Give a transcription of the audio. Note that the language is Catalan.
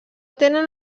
tenen